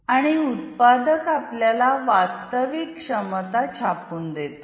आणि उत्पादक आपल्याला वास्तविक क्षमता छापून देतो